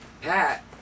Pat